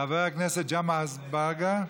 חבר הכנסת ג'מעה אזברגה,